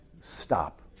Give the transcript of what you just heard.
stop